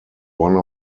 one